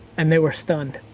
and they were stunned.